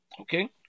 Okay